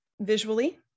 visually